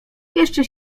jeszcze